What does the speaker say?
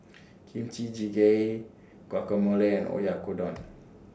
Kimchi Jjigae Guacamole Oyakodon